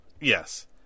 Yes